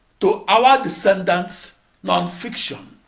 to our descendant's non-fiction.